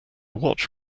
watch